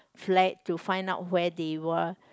flat to find out where they were